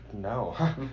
no